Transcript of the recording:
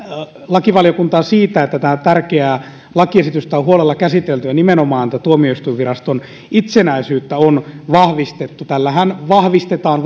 lakivaliokuntaa siitä että tätä tärkeää lakiesitystä on huolella käsitelty ja nimenomaan tuomioistuinviraston itsenäisyyttä on vahvistettu tällähän vahvistetaan